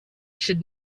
should